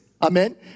Amen